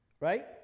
Right